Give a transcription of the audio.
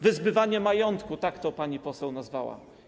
Wyzbywanie majątku - tak to pani poseł nazwała.